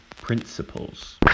principles